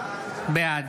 בעד